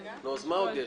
מה עוד יש?